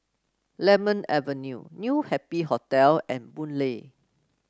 Lemon Avenue New Happy Hotel and Boon Lay